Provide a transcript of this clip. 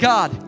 God